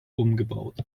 umgebaut